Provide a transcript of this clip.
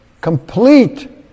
complete